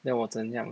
要我怎样